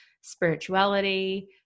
spirituality